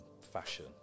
fashion